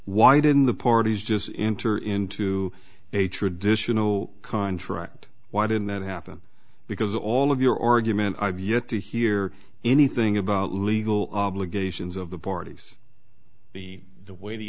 why didn't the parties just enter into a traditional contract why didn't that happen because all of your argument i've yet to hear anything about legal obligations of the parties the the way the